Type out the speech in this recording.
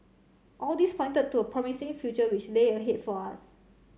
all this pointed to a promising future which lay ahead for us